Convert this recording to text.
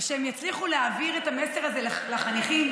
ושהם יצליחו להעביר את המסר הזה לחניכים,